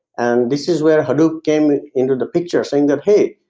and this is where hadoop came into the picture, saying that hey,